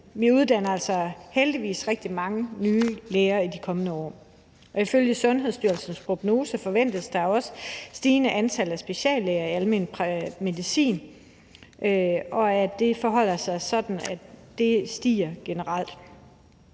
Vi uddanner altså heldigvis rigtig mange nye læger i de kommende år. Ifølge Sundhedsstyrelsens prognose forventes der også et stigende antal speciallæger i almen medicin, og det forholder sig sådan, at det stiger generelt.